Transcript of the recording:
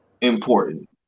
important